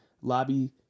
Lobby